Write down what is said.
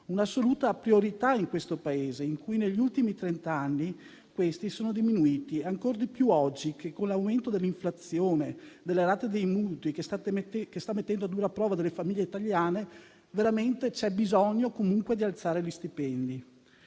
un'assoluta priorità in questo Paese, in cui negli ultimi trent'anni questi sono diminuiti. Ancor di più oggi, con l'aumento dell'inflazione e delle rate dei mutui, che sta mettendo a dura prova le famiglie italiane, veramente c'è bisogno di alzare gli stipendi.